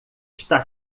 está